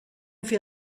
fer